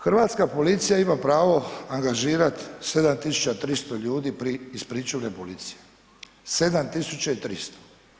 Hrvatska policija ima pravo angažirati 7300 ljudi iz pričuvne policije, 7300.